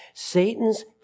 Satan's